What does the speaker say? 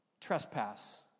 trespass